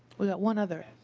one other.